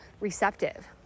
receptive